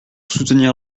soutenir